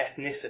ethnicity